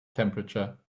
temperature